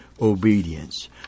obedience